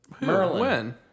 Merlin